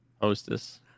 Hostess